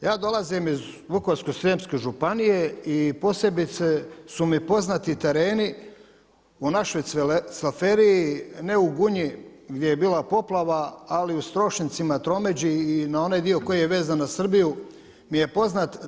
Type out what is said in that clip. Ja dolazim iz Vukovarsko-srijemske županije i posebice su mi poznati tereni u našoj Cvelferiji, ne u Gunji gdje je bila poplava, ali u Strošincima, tromeđi i na onaj dio koji je vezan na Srbiju mi je poznat.